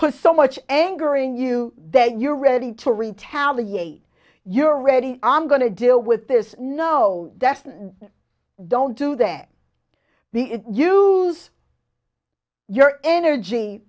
put so much angering you that you're ready to retaliate you're ready i'm going to deal with this no definitely don't do that the use your energy